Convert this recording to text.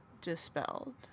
dispelled